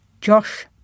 Josh